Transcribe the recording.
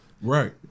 Right